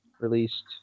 released